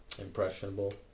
impressionable